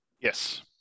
Yes